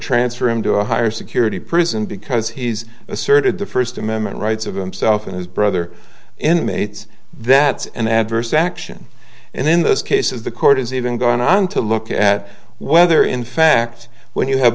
transfer him to a higher security prison because he's asserted the first amendment rights of himself and his brother inmates that's an adverse action and in those cases the court is even going on to look at whether in fact when you have